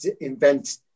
invent